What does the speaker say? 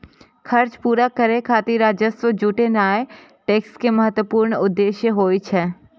खर्च पूरा करै खातिर राजस्व जुटेनाय टैक्स के महत्वपूर्ण उद्देश्य होइ छै